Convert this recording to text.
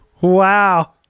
wow